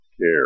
care